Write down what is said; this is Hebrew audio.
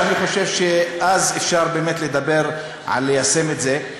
שאני חושב שאז אפשר לדבר על ליישם את זה.